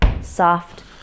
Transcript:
soft